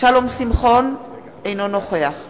שלום שמחון, אינו נוכח